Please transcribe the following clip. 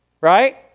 right